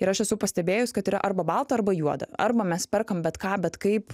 ir aš esu pastebėjus kad yra arba balta arba juoda arba mes perkam bet ką bet kaip